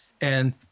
and-